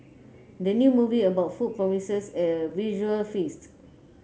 the new movie about food promises a visual feast